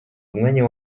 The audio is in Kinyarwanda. umwanya